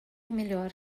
melhor